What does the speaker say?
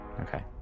Okay